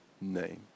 name